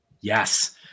Yes